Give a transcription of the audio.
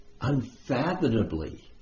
unfathomably